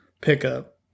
pickup